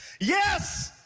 yes